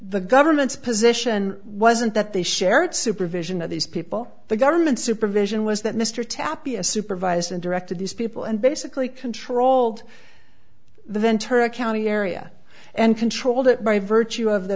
the government's position wasn't that they shared supervision of these people the government supervision was that mr tapi a supervisor and directed these people and basically controlled the ventura county area and controlled it by virtue of the